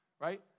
right